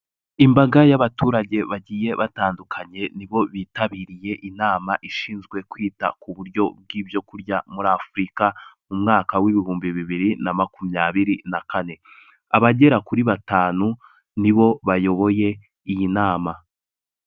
Imbaga y'abaturage bagiye batandukanye, ni bo bitabiriye inama ishinzwe kwita ku buryo bw'ibyo kurya muri Afurika, mu mwaka w'ibihumbi bibiri na makumyabiri na kane. Abagera kuri batanu ni bo bayoboye iyi nama.